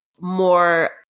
more